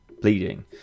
bleeding